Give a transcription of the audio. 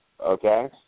Okay